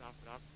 diskuterar, är ofullständigt.